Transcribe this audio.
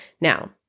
Now